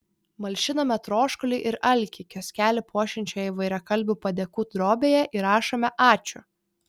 malšiname troškulį ir alkį kioskelį puošiančioje įvairiakalbių padėkų drobėje įrašome ačiū